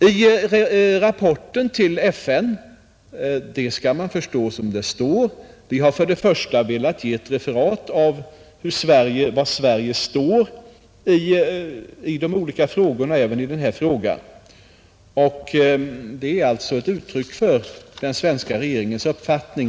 I rapporten till FN har vi främst velat ge ett referat av var Sverige står i de olika frågorna och även i den här frågan. Rapporten är alltså ett uttryck för den svenska regeringens uppfattning.